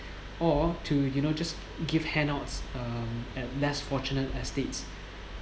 or to you know just give handouts um at less fortunate estates